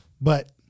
But-